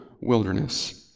wilderness